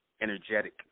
energetic